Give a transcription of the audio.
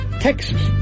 Texas